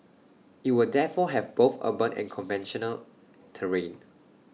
IT will therefore have both urban and conventional terrain